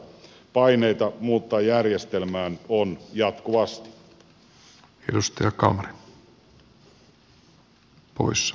paineita muuttaa järjestelmää on jatkuvasti